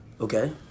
Okay